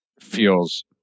feels